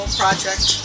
project